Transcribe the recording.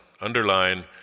underline